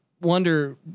wonder